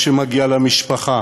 מה שמגיע למשפחה,